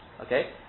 Okay